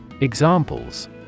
Examples